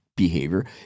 behavior